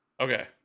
Okay